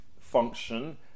function